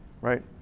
Right